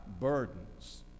burdens